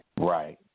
right